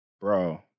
Bro